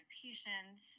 patients